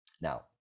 Now